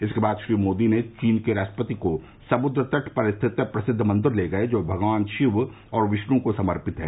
इसके बाद श्री मोदी ने चीन के राष्ट्रपति को समुद्र तट पर स्थित प्रसिद्व मंदिर ले गये जो भगवान शिव और विष्णु को समर्पित है